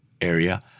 area